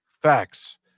Facts